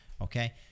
okay